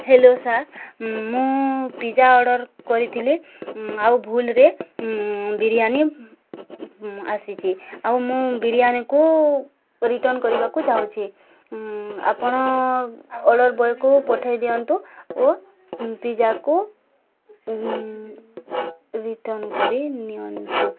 hello sir ମୁଁ pizza order କରିଥିଲି ଆଉ ଭୁଲରେ ବିରିୟାନୀ ଆସିଛି ଆଉ ମୁଁ ବିରିୟାନିକୁ ରିଟର୍ଣ୍ଣ କରିବାକୁ ଚାହୁଁଛି ଆପଣ ଅର୍ଡ଼ର ବଏକୁ ପଠେଇ ଦିଅନ୍ତୁ ଓ ପିଜ୍ଜାକୁ ରିଟର୍ଣ୍ଣ କରି ନିଅନ୍ତୁ